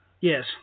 Yes